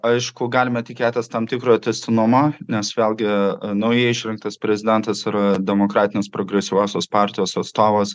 aišku galime tikėtis tam tikro tęstinumo nes vėlgi naujai išrinktas prezidentas yra demokratinės progresyviosios partijos atstovas